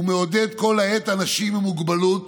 מעודד כל העת אנשים עם מוגבלות